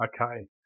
Okay